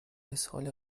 اسهال